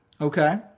Okay